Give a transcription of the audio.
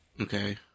Okay